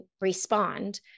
respond